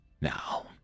now